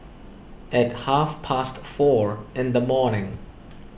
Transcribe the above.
at half past four in the morning